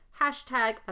hashtag